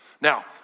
Now